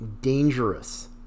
dangerous